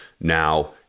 now